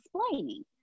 explaining